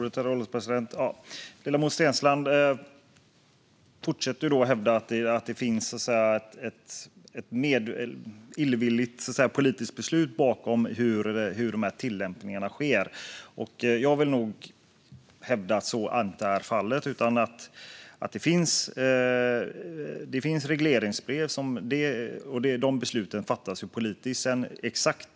Herr ålderspresident! Ledamoten Steensland fortsätter att hävda att det finns ett illvilligt politiskt beslut bakom tillämpningen av detta. Jag vill nog hävda att så inte är fallet. Det finns regleringsbrev, och besluten om dem fattas politiskt.